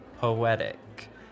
Poetic